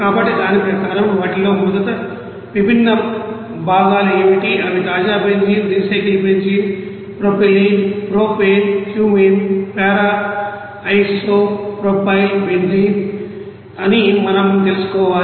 కాబట్టి దాని ప్రకారం వాటిలో మొదట విభిన్న భాగాలు ఏమిటి అవి తాజా benzene recycle benzene propylene propane cumene paradiisopropyl benzene అని మనం తెలుసుకోవాలి